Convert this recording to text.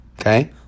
okay